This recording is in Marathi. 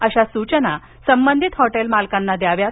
अशा सूचना संबंधित हॉटेल मालकांना द्याव्यात